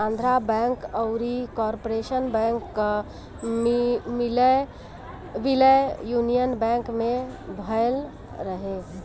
Andhra bank अउरी corporation bank कअ विलय यूनियन बैंक में भयल रहे